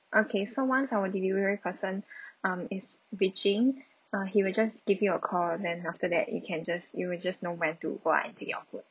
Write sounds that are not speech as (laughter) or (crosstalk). okay so once our delivery person (breath) um is reaching uh he will just give you a call then after that you can just you will just know when to go out and take your food